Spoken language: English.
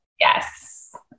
Yes